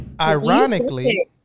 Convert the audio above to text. Ironically